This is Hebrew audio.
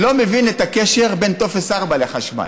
אני לא מבין את הקשר בין טופס 4 לחשמל.